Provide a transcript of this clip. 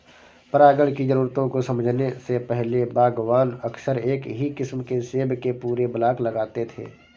परागण की जरूरतों को समझने से पहले, बागवान अक्सर एक ही किस्म के सेब के पूरे ब्लॉक लगाते थे